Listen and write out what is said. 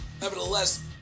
Nevertheless